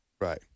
right